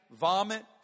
vomit